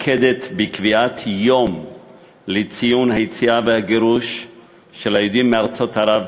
יום לציון היציאה והגירוש של היהודים מארצות ערב